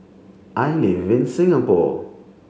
I live in Singapore